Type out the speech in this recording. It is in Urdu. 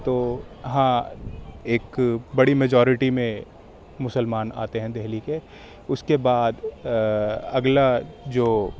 تو ہاں ایک بڑی میجورٹی میں مسلمان آتے ہیں دہلی کے اس کے بعد اگلا جو